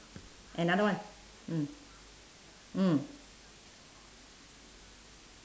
another one mm mm